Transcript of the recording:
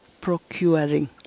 procuring